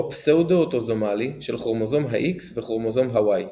הפסאודו-אוטוזומאלי של כרומוזום ה-X וכרומוזום ה-Y.